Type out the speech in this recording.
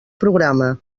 programa